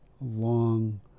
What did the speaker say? long